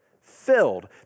filled